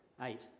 eight